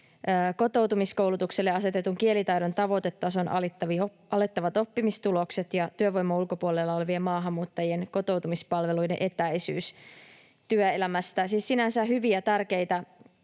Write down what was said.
kotoutumiskoulutukselle asetetun kielitaidon tavoitetason alittavat oppimistulokset ja työvoiman ulkopuolella olevien maahanmuuttajien kotoutumispalveluiden etäisyys työelämästä. Siis sinänsä hyviä, tärkeitä